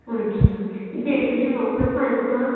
अच्छा तिथे admission opens आहेत का